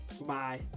Bye